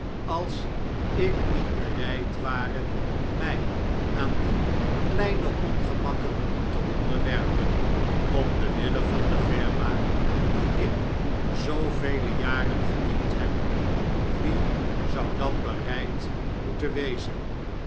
als ik niet bereid ware my aan die kleine ongemakken te onderwerpen om den wille van de firma die ik zoovele jaren gediend heb wie zou dan bereid mbeten wezen